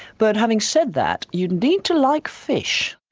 but having said that, you'd need to like fish.